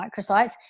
microsites